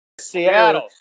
Seattle